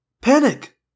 Panic